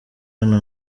hano